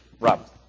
Rob